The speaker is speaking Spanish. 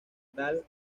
tal